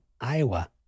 iowa